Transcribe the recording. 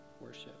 worship